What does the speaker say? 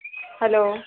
hello